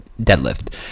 deadlift